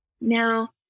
Now